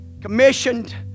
Commissioned